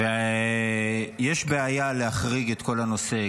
יש בעיה להחריג את כל הנושא,